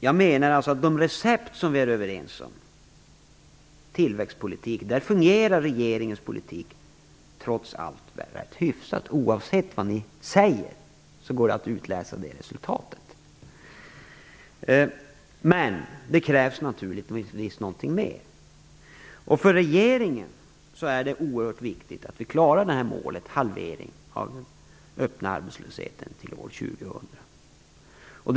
Jag menar att när det gäller det recept som vi är överens om, tillväxtpolitik, fungerar regeringens politik trots allt hyfsat. Oavsett vad ni säger går det att utläsa det resultatet. Men det krävs naturligtvis något mer. För regeringen är det oerhört viktigt att vi klarar målet: en halvering av den öppna arbetslösheten till år 2000.